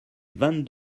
vingt